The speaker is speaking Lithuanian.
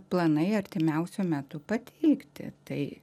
planai artimiausiu metu pateikti tai